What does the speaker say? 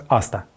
asta